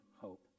hope